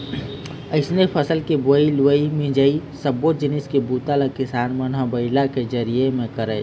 अइसने फसल के बोवई, लुवई, मिंजई सब्बो जिनिस के बूता ल किसान मन ह बइला के जरिए म करय